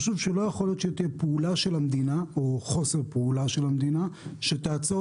לא יכול להיות שתהיה פעולה של המדינה או חוסר פעולה של המדינה שתעצור